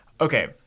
Okay